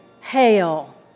Hail